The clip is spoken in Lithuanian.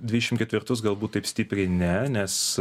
dvidešimt ketvirtus galbūt taip stipriai ne nes